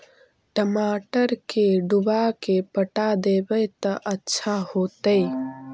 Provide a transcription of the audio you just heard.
टमाटर के डुबा के पटा देबै त अच्छा होतई?